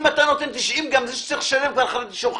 אם אתה נותן 90 ימים, זה שצריך לשלם כבר שוכח.